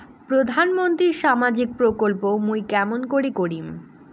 প্রধান মন্ত্রীর সামাজিক প্রকল্প মুই কেমন করিম?